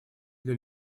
для